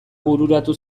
bururatu